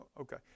Okay